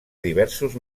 diversos